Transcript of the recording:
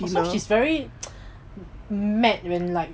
oh so she's very mad in like